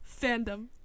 fandom